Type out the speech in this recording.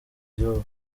gihugu